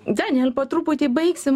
daniel po truputį baigsim